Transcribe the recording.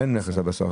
אין מכס על בשר.